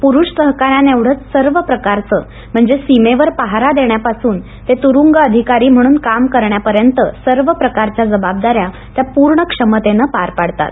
पुरुष सहकाऱ्यांएवढंच सर्व प्रकारचं म्हणजे सीमेवर पहारा देण्यापासून ते तुरुंग अधिकारी म्हणून काम करण्यापर्यंत सर्व प्रकारच्या जबाबदाऱ्या त्या पूर्ण क्षमतेनं पार पाडतात